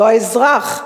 לא האזרח,